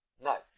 No